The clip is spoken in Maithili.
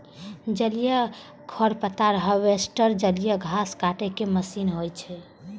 जलीय खरपतवार हार्वेस्टर जलीय घास काटै के मशीन होइ छै